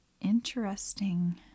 Interesting